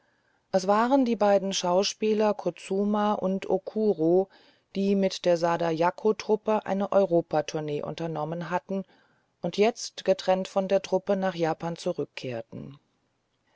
es waren die beiden schauspieler kutsuma und okuro die mit der sada yakko truppe eine europa tournee unternommen hatten und jetzt getrennt von der truppe nach japan zurückkehrten